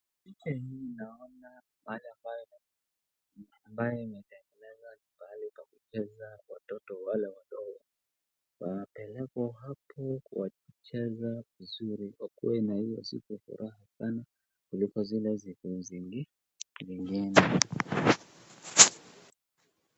Mimi naona mahali ambayo imetengenezwa mahali pa kucheza, watoto wale wadogo wanapelekwa hapo wacheza vizuri wakuwe na hiyo siku ya furaha kuliko siku zile zingine.